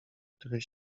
której